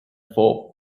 for